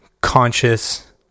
conscious